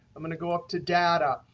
i'm going to go up to data.